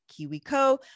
KiwiCo